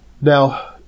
Now